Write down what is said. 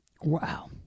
Wow